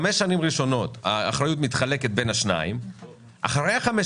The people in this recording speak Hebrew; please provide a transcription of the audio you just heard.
בחמש השנים הראשונות האחריות מתחלקת בין השניים ואחרי חמש